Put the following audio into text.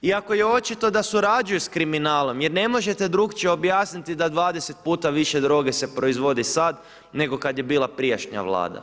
Iako je očito da surađuju sa kriminalom jer ne možete drukčije objasniti da 20 puta više droge se proizvodi sad nego kad je bila prijašnja Vlada.